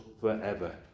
forever